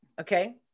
okay